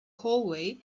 hallway